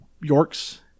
York's